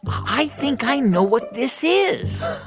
but i think i know what this is